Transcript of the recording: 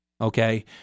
okay